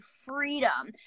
freedom